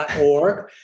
.org